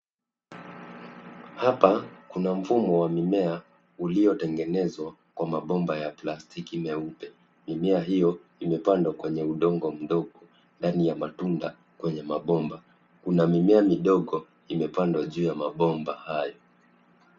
Hapa kuna mfumo wa mimea ulitengenezwa kwa mabomba ya plastiki na meupe, mimea hio imepandwa kwenye udongo mdogo ndani ya matuta kwenye mabomba kuna mimea midogo imepandwa juu ya mabomba.